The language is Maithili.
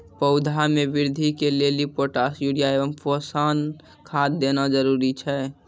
पौधा मे बृद्धि के लेली पोटास यूरिया एवं पोषण खाद देना जरूरी छै?